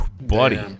buddy